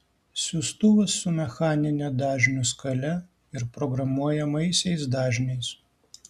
siųstuvas su mechanine dažnių skale ir programuojamaisiais dažniais